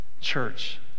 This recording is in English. church